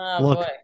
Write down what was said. Look